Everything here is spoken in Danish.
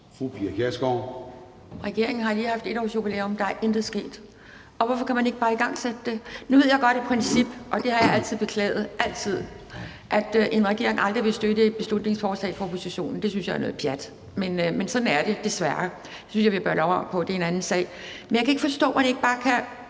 Pia Kjærsgaard (DF): Regeringen har lige haft 1-årsjubilæum, og der er intet sket. Hvorfor kan man ikke bare igangsætte det? Nu ved jeg godt, at det er et princip, og det har jeg altid beklaget, altid, at en regering aldrig vil støtte et beslutningsforslag fra oppositionen, og det synes jeg er noget pjat, men sådan er det desværre. Det er en anden sag, men det synes jeg vi bør lave om på. Jeg kan ikke forstå, hvorfor man ikke bare kan